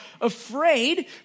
afraid